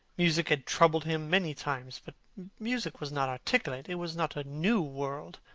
music had troubled him many times. but music was not articulate. it was not a new world,